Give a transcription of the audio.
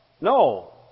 No